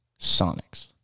Sonics